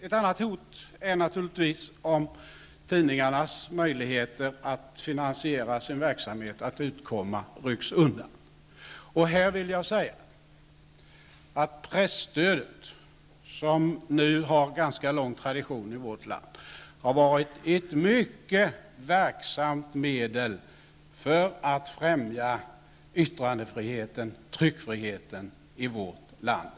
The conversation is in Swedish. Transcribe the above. Ett annat hot är om tidningarnas möjligheter att finansiera sin verksamhet att utkomma rycks undan. Här vill jag säga att presstödet, som nu har en ganska lång tradition i vårt land, har varit ett mycket verksamt medel för att främja yttrandefriheten, tryckfriheten, i vårt land.